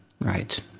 Right